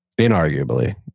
inarguably